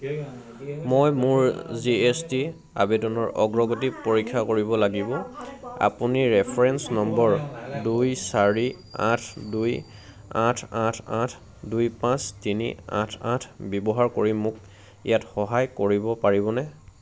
মই মোৰ G S T আবেদনৰ অগ্ৰগতি পৰীক্ষা কৰিব লাগিব আপুনি ৰেফাৰেন্স নম্বৰ দুই চাৰি আঠ দুই আঠ আঠ আঠ দুই পাঁচ তিনি আঠ আঠ ব্যৱহাৰ কৰি মোক ইয়াত সহায় কৰিব পাৰিবনে